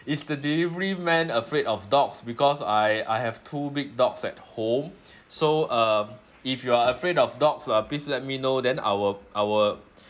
is the delivery man afraid of dogs because I I have two big dogs at home so uh if you are afraid of dogs uh please let me know then I will I will